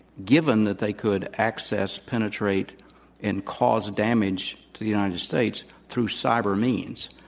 given that they could access, penetrate and cause damage to the united states through cyber means.